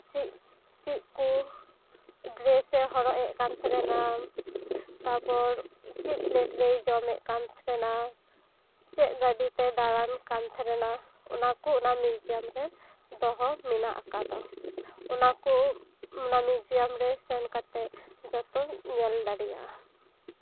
ᱪᱮᱫ ᱪᱮᱫ ᱠᱚ ᱰᱨᱮᱥᱮ ᱦᱚᱨᱚᱜ ᱮᱫ ᱠᱟᱱ ᱛᱟᱦᱮᱱᱟ ᱛᱟᱯᱚᱨ ᱪᱮᱫ ᱯᱞᱮᱴᱨᱮᱭ ᱡᱚᱢᱮᱫ ᱠᱟᱱ ᱛᱟᱦᱮᱱᱟ ᱪᱮᱫ ᱜᱟᱹᱰᱤᱛᱮᱭ ᱫᱟᱲᱟᱱ ᱠᱟᱱ ᱛᱟᱦᱮᱱᱟ ᱚᱱᱟᱠᱚ ᱚᱱᱟ ᱢᱤᱣᱡᱤᱭᱟᱢ ᱨᱮ ᱫᱚᱦᱚ ᱢᱮᱱᱟᱜ ᱟᱠᱟᱫᱟ ᱚᱱᱟᱠᱚ ᱚᱱᱟ ᱢᱤᱣᱡᱤᱭᱟᱢ ᱨᱮ ᱥᱮᱱᱠᱟᱛᱮᱫ ᱡᱚᱛᱚᱢ ᱧᱮᱞ ᱫᱟᱲᱮᱭᱟᱜᱼᱟ